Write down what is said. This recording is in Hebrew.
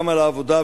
גם על העבודה,